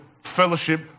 fellowship